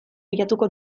bilatuko